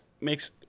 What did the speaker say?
makes